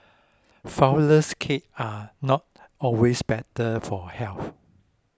Flourless Cakes are not always better for health